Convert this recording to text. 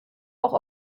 auch